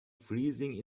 freezing